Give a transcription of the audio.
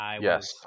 Yes